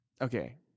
Okay